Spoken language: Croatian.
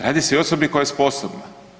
Radi se o osobi koja je sposobna.